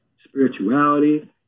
Spirituality